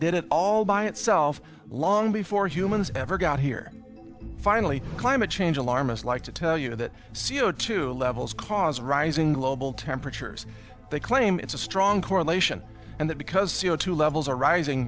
all by itself long before humans ever got here finally climate change alarmists like to tell you that c o two levels cause rising global temperatures they claim it's a strong correlation and that because c o two levels are rising